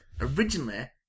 Originally